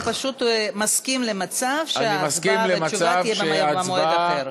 אתה פשוט מסכים למצב שההצבעה והתשובה יהיו במועד אחר?